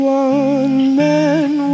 one-man